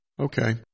Okay